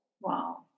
wow